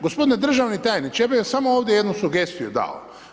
Gospodine državni tajniče, ja bih vam samo ovdje jednu sugestiju dao.